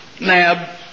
nab